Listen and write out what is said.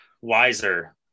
wiser